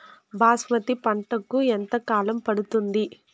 బాస్మతి పంటకు ఎంత కాలం పడుతుంది?